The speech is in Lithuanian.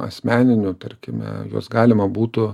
asmeninių tarkime juos galima būtų